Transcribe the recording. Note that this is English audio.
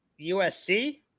USC